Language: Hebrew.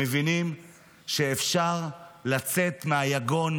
הם מבינים שאפשר לצאת מהיגון,